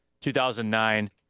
2009